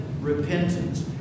repentance